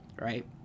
right